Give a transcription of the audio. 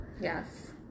Yes